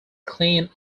clean